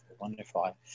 wonderful